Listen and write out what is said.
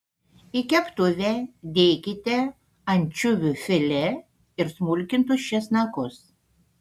į keptuvę dėkite ančiuvių filė ir smulkintus česnakus